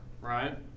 right